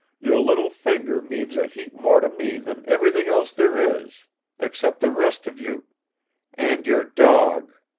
your little finger means a heap more to me than ev'rything else there is except the rest of you and your dog,